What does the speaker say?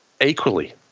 equally